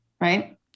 right